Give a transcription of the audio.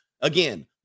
Again